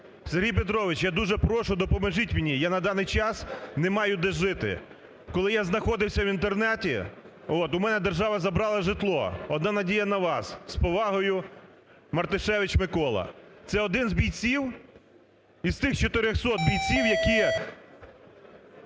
"Сергій Петрович, я дуже прошу, допоможіть мені. Я на даний час не маю де жити. Коли я знаходився в інтернаті, у мене держава забрала житло, одна надія на вас. З повагою Мартишевич Микола". Це один з бійців, із тих 400 бійців, які